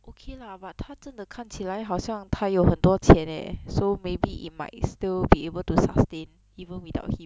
okay lah but 他真的看起来好像他有很多钱 eh so maybe it might still be able to sustain even without him